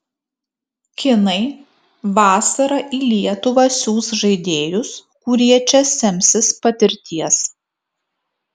kinai vasarą į lietuvą siųs žaidėjus kurie čia semsis patirties